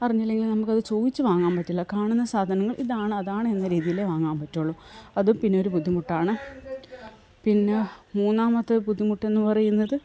അറിഞ്ഞില്ലെങ്കില് നമുക്കത് ചോദിച്ചു വാങ്ങാൻ പറ്റില്ല കാണുന്ന സാധനങ്ങൾ ഇതാണ് അതാണ് എന്ന രീതിയിലേ വാങ്ങാൻ പറ്റുകയുള്ളൂ അതും പിന്നൊരു ബുദ്ധിമുട്ടാണ് പിന്നെ മൂന്നാമത്തെ ബുദ്ധിമുട്ട് എന്ന് പറയുന്നത്